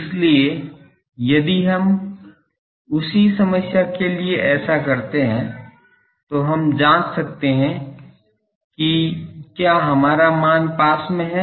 इसलिए यदि हम उसी समस्या के लिए ऐसा करते हैं तो हम जांच सकते हैं कि क्या हमारा मान पास में है